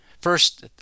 First